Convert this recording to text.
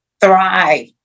thrive